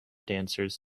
dancers